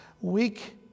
weak